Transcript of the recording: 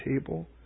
table